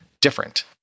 different